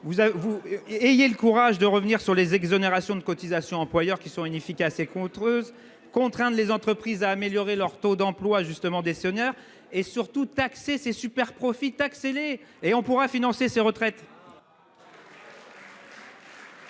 ayez le courage de revenir sur les exonérations de cotisations patronales qui sont inefficaces et coûteuses, de contraindre les entreprises à améliorer leur taux d'emploi des seniors et surtout de taxer les superprofits- taxez-les et on pourra financer les retraites